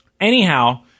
Anyhow